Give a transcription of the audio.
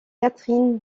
catherine